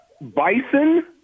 Bison